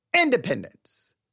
independence